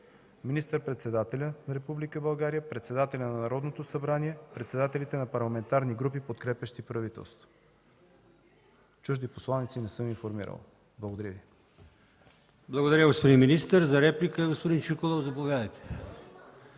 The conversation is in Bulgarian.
министър-председателя на Република България, председателя на Народното събрание, председателите на парламентарни групи, подкрепящи правителството. Чужди посланици не съм информирал. Благодаря Ви. ПРЕДСЕДАТЕЛ АЛИОСМАН ИМАМОВ: Благодаря, господин министър. За реплика – господин Чуколов, заповядайте.